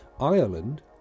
Ireland